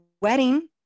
wedding